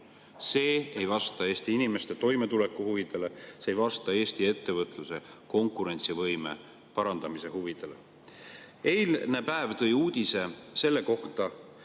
need ei vasta Eesti inimeste toimetuleku huvidele ja need ei vasta Eesti ettevõtluse konkurentsivõime parandamise huvidele. Eilne päev tõi uudise selle kohta,